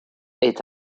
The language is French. est